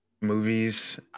movies